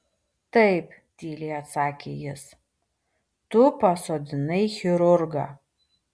taip tyliai atsakė jis tu pasodinai chirurgą